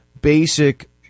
basic